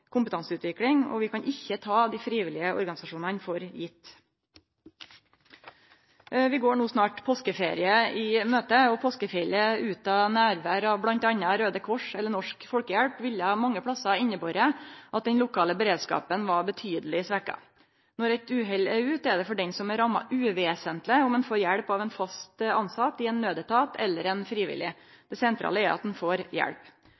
kompetanseutvikling. Vi kan ikkje ta dei frivillige organisasjonane som sjølvsagde. Vi går snart påskeferien i møte. Påskefjellet utan nærvær av bl.a. Raude Krossen eller Norsk Folkehjelp ville mange stader innebore at den lokale beredskapen var betydeleg svekt. Når uhellet er ute, er det for den som er ramma, uvesentleg om ein får hjelp av ein fast tilsett i ein naudetat eller av ein frivillig. Det sentrale er at ein får hjelp.